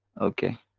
Okay